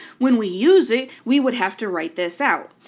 when we use it we would have to write this out.